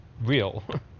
real